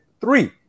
three